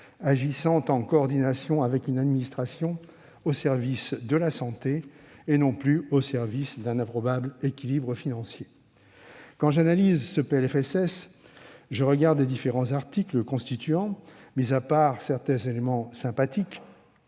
agissant en coordination avec une administration au service de la santé et non plus d'un improbable équilibre financier. Or, quand j'analyse ce PLFSS et que j'examine les différents articles le constituant, mis à part certains éléments comme